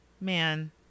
Man